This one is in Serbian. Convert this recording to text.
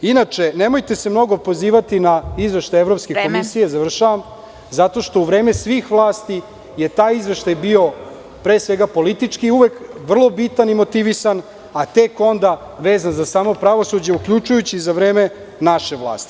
Inače, nemojte se mnogo pozivati na izveštaj Evropske komisije, zato što u vreme svih vlasti je taj izveštaj bio, pre svega politički, vrlo bitan i motivisan, a tek onda vezan za samo pravosuđe, uključujući za vreme naše vlasti.